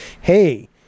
hey